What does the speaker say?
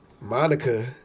Monica